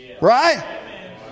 Right